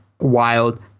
wild